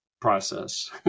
process